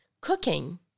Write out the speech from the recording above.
Cooking